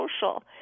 social